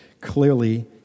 clearly